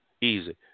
Easy